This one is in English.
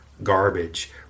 garbage